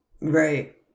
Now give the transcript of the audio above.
Right